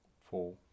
four